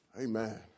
Amen